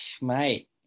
Mate